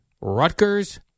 rutgers